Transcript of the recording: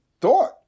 thought